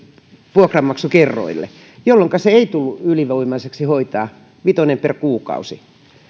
vuokranmaksukerroille jolloinka se ei tullut ylivoimaiseksi hoitaa vitonen per kuukausi